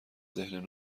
ذهن